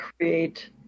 create